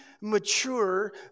mature